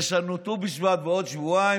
יש לנו ט"ו בשבט בעוד שבועיים,